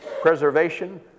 preservation